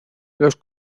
los